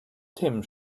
themen